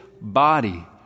body